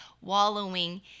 wallowing